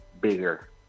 bigger